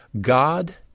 God